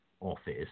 office